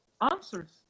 answers